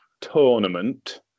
tournament